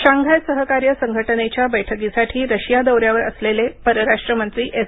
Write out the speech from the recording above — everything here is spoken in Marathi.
शांघाय सहकार्य संघटनेच्या बैठकीसाठी रशिया दौऱ्यावर असलेले परराष्ट्र मंत्री एस